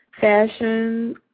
Fashion